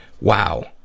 wow